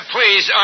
Please